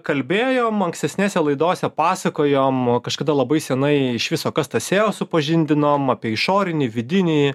kalbėjom ankstesnėse laidose pasakojom kažkada labai seniai iš viso kas tas seo supažindinom apie išorinį vidinį